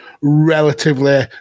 relatively